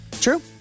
True